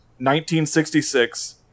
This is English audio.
1966